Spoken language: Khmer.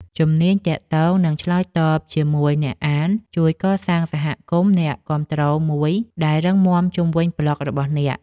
ជំនាញទាក់ទង និងឆ្លើយតបជាមួយអ្នកអាន ជួយកសាងសហគមន៍អ្នកគាំទ្រមួយដែលរឹងមាំជុំវិញប្លក់របស់អ្នក។